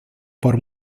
por